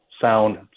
sound